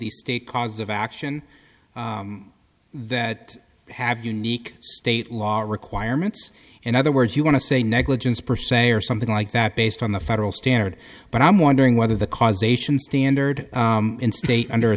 state cause of action that have unique state law requirements in other words you want to say negligence percent or something like that based on the federal standard but i'm wondering whether the causation standard in state under a